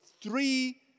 Three